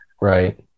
Right